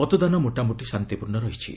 ମତଦାନ ମୋଟାମୋଟି ଶାନ୍ତିପୂର୍ଣ୍ଣ ରହିଛି